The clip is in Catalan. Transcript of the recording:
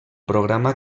programa